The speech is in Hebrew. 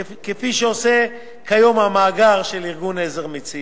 כפי שעושה כיום המאגר של ארגון "עזר מציון".